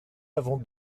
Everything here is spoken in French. avons